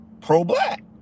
pro-black